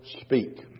speak